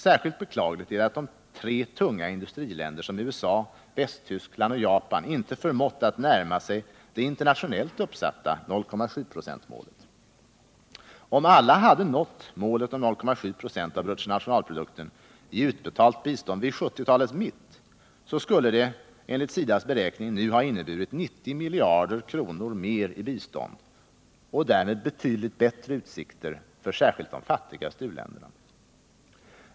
Särskilt beklagligt är det att tre tunga industriländer som USA, Västtyskland och Japan inte förmått att närma sig det internationellt uppsatta 0,7 procentmålet. Om alla hade nått målet om 0,7 96 av bruttonationalprodukten i utbetalt bistånd vid 1970-talets mitt, så skulle det — enligt SIDA:s beräkning — nu ha inneburit 90 miljarder kronor mer i bistånd och betydligt bättre utsikter för särskilt de fattigaste u-länderna.